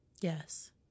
Yes